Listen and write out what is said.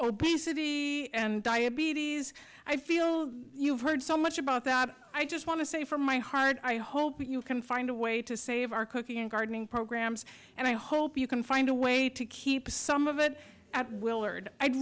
obesity and diabetes i feel you've heard so much about that i just want to say from my heart i hope you can find a way to save our cooking and gardening programs and i hope you can find a way to keep some of it at willard i'd